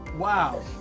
Wow